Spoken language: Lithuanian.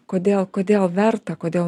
kodėl kodėl verta kodėl